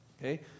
Okay